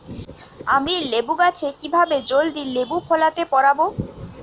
আমি লেবু গাছে কিভাবে জলদি লেবু ফলাতে পরাবো?